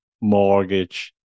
mortgage